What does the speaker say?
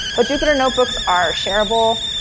but jupyter notebooks are shareable,